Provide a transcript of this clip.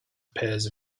pairs